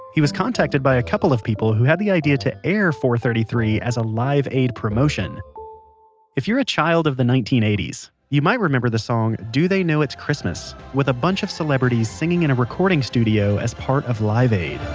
he was contacted by a couple of people who had the idea to air four zero three three as a live aid promotion if you're a child of the nineteen eighty s, you might remember the song do they know it's christmas? with a bunch of celebrities singing in a recording studio as part of live aid.